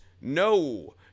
No